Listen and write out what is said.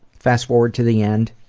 fast forward to the end,